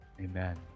amen